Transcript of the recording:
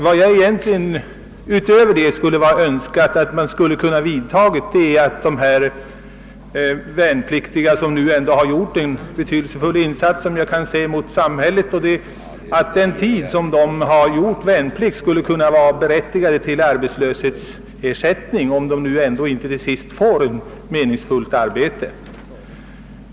Vad jag egentligen därutöver skulle ha önskat är att de som nu genom sin värnplikt gjort en betydelsefull insats för samhället vore berättigade till arbetslöshetsersättning, om de inte får ett meningsfullt arbete.